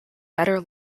better